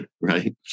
right